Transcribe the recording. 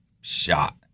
shot